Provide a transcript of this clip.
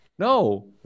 No